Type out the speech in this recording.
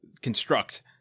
construct